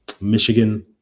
Michigan